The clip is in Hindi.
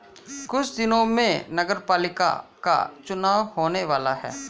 कुछ दिनों में नगरपालिका का चुनाव होने वाला है